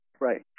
Right